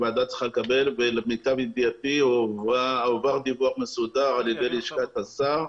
הוועדה צריכה לקבל ולמיטב ידיעתי הועבר דיווח מסודר על ידי לשכת השר.